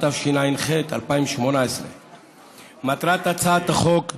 התשע"ח 2018. מטרת הצעת החוק שיזמנו,